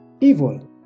evil